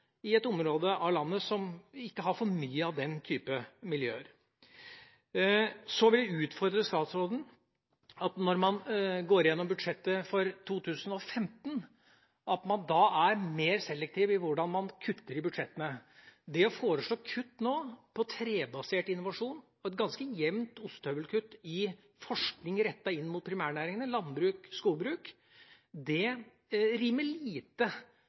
i et område av landet som ikke har for mye av den type miljøer. Så vil jeg utfordre statsråden på at man, når man går igjennom budsjettet for 2015, er mer selektiv i hvordan man kutter i budsjettene. Det å foreslå kutt nå på trebasert innovasjon og et ganske jevnt ostehøvelkutt i forskning rettet inn mot primærnæringene landbruk og skogbruk, rimer lite